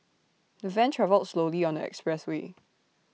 the van travelled slowly on the expressway